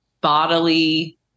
bodily